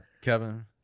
Kevin